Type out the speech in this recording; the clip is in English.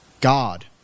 God